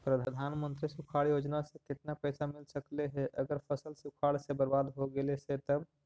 प्रधानमंत्री सुखाड़ योजना से केतना पैसा मिल सकले हे अगर फसल सुखाड़ से बर्बाद हो गेले से तब?